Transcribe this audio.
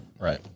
Right